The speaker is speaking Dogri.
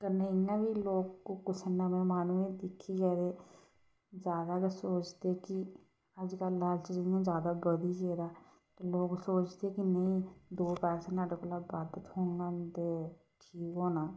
कन्नै इ'यां बी लोक कुसै नमें माहनुएं दिक्खियै ते ज्यादा गै सोचदे कि अज्जकल लालच जेह्डा ज्यादा बधी गेदा ऐ ते लोक सोचदे के नेईं दो पैसे नोआड़े कोला पैसे थोह्डे बद्ध थ्होन ते ठीक होना